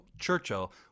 Churchill